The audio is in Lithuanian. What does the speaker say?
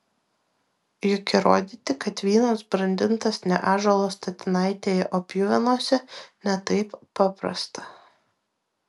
juk įrodyti kad vynas brandintas ne ąžuolo statinaitėje o pjuvenose ne taip paprasta